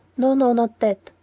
no, no, not that!